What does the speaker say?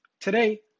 Today